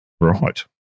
Right